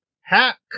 hack